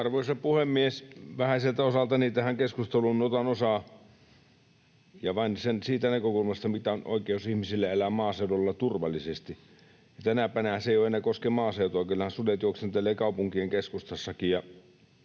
Arvoisa puhemies! Vähäiseltä osaltani tähän keskusteluun otan osaa ja vain siitä näkökulmasta, mikä oikeus on ihmisillä elää maaseudulla turvallisesti. Tänäpänä se ei enää koske maaseutua, kyllähän sudet juoksentelevat kaupunkien keskustassakin.